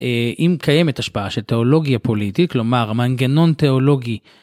אם קיימת השפעה של תיאולוגיה פוליטית כלומר מנגנון תיאולוגי.